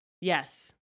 Yes